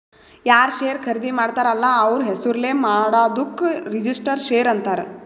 ಯಾರ್ ಶೇರ್ ಖರ್ದಿ ಮಾಡ್ತಾರ ಅಲ್ಲ ಅವ್ರ ಹೆಸುರ್ಲೇ ಮಾಡಾದುಕ್ ರಿಜಿಸ್ಟರ್ಡ್ ಶೇರ್ ಅಂತಾರ್